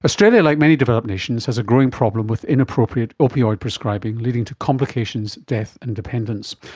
australia, like many developed nations, has a growing problem with inappropriate opioid prescribing, leading to complications, death and dependence.